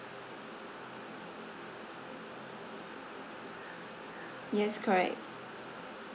yes corrects